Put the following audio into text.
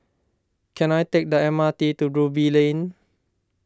can I take the M R T to Ruby Lane